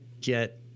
get